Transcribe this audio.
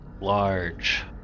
large